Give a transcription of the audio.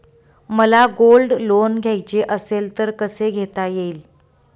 मला gold loan घ्यायचे असेल तर कसे घेता येईल?